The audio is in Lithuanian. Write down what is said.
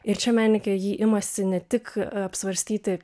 ir čia menininkė ji imasi ne tik apsvarstyti